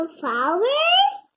flowers